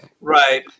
Right